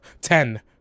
Ten